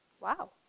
Wow